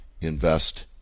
invest